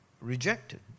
Rejected